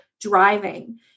driving